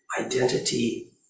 identity